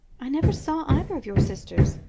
i never saw either of your sisters,